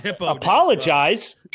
Apologize